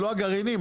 עלו הגרעינים,